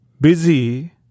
busy